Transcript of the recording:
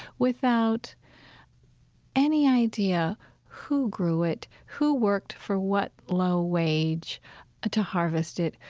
without any idea who grew it, who worked for what low wage ah to harvest it,